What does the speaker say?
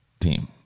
team